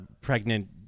pregnant